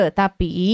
tapi